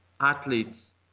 athletes